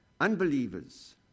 unbelievers